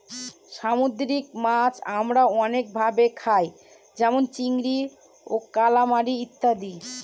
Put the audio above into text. সামুদ্রিক মাছ আমরা অনেক ভাবে খায় যেমন চিংড়ি, কালামারী ইত্যাদি